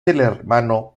hermano